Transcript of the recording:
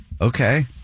Okay